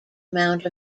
amount